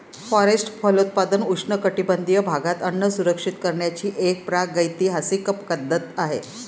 forest फलोत्पादन उष्णकटिबंधीय भागात अन्न सुरक्षित करण्याची एक प्रागैतिहासिक पद्धत आहे